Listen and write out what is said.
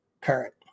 current